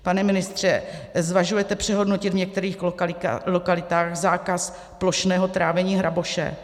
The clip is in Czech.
Pane ministře, zvažujete přehodnotit v některých lokalitách zákaz plošného trávení hraboše?